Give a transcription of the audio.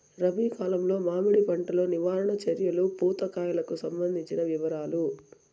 రబి కాలంలో మామిడి పంట లో నివారణ చర్యలు పూత కాయలకు సంబంధించిన వివరాలు?